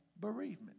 bereavement